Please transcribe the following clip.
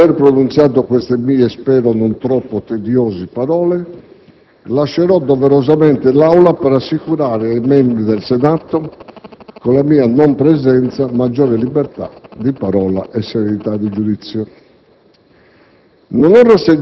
Dopo aver pronunziato queste mie, spero non troppo tediose parole, lascerò doverosamente l'Aula, per assicurare ai membri del Senato, con la mia non presenza, maggiore libertà di parola e serenità di giudizio.